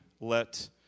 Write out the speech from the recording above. Let